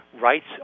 rights